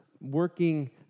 working